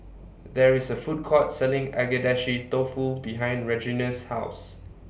There IS A Food Court Selling Agedashi Dofu behind Regina's House